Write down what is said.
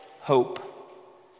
hope